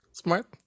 Smart